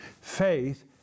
Faith